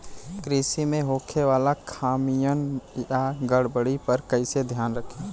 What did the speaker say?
कृषि में होखे वाला खामियन या गड़बड़ी पर कइसे ध्यान रखि?